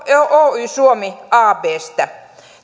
oy suomi absta